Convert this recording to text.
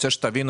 שתבינו